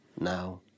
now